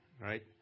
Right